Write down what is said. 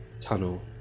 tunnel